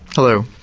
hello,